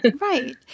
Right